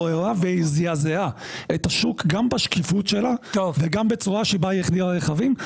היא זעזעה את השוק גם בשקיפות שלה וגם בצורה שבה היא החדירה רכבים.